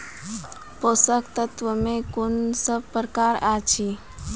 पोसक तत्व मे कून सब प्रकार अछि?